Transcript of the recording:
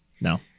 no